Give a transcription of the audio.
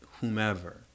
whomever